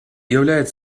являет